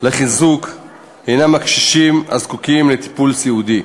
לחיזוק היא של הקשישים הזקוקים לטיפול סיעודי.